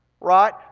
Right